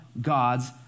God's